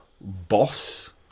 boss